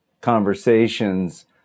conversations